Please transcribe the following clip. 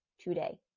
today